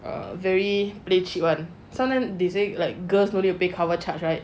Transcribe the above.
err very play cheat [one] sometime they say girls no need to pay cover charge right